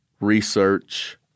research